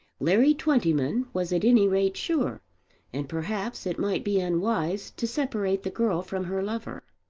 larry twentyman was at any rate sure and perhaps it might be unwise to separate the girl from her lover.